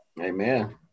Amen